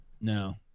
No